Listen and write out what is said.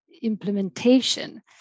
implementation